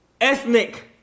Ethnic